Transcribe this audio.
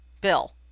Bill